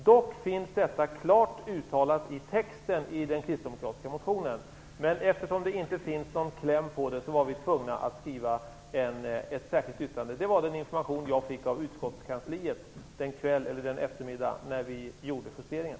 Det vi nu talar om finns dock klart uttalat i texten i den kristdemokratiska motionen. Men eftersom det inte finns någon kläm som rör detta, var vi tvungna att skriva ett särskilt yttrande. Det var den information jag fick av utskottskansliet när vi gjorde justeringen.